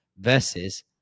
Versus